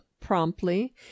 promptly